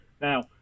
Now